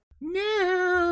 No